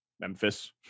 Memphis